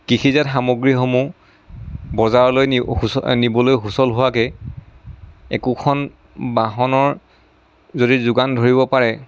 কৃষিজাত সামগ্ৰীসমূহ বজাৰলৈ নি সূচ নিবলৈ সুচল হোৱাকে একোখন বাহনৰ যদি যোগান ধৰিব পাৰে